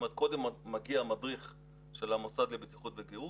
קודם מגיע מדריך של המוסד לבטיחות וגהות,